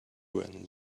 went